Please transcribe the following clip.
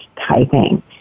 typing